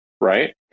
right